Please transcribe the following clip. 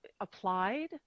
applied